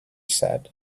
said